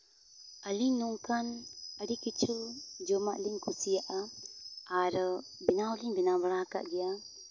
ᱟᱹᱞᱤᱧ ᱱᱚᱝᱠᱟᱱ ᱟᱹᱰᱤ ᱠᱤᱪᱷᱩ ᱡᱚᱢᱟᱜ ᱞᱤᱧ ᱠᱩᱥᱤᱭᱟᱜᱼᱟ ᱟᱨ ᱵᱮᱱᱟᱣ ᱦᱚᱸᱞᱤᱧ ᱵᱮᱱᱟᱣ ᱵᱟᱲᱟ ᱟᱠᱟᱜ ᱜᱮᱭᱟ